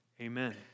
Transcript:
amen